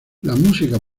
música